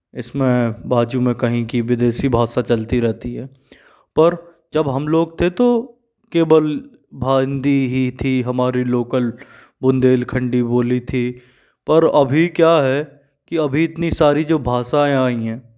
इसमें बाजू में कहीं की विदेशी भाषा चलती रहती है पर जब हम लोग थे तो केवल हिंदी ही थी हमारे लोकल बुंदेलखंडी बोली थी पर अभी क्या है कि अभी इतनी सारी जो भाषाएँ आई हैं